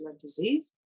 disease